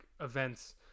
events